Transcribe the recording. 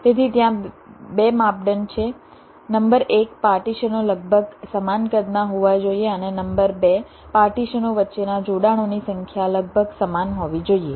તેથી ત્યાં 2 માપદંડ છે નંબર એક પાર્ટીશનો લગભગ સમાન કદના હોવા જોઈએ અને નંબર 2 પાર્ટીશનો વચ્ચેના જોડાણોની સંખ્યા લગભગ સમાન હોવી જોઈએ